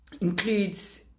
includes